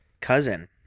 cousin